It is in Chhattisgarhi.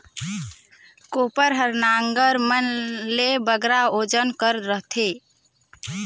कोपर हर नांगर मन ले बगरा ओजन कर रहथे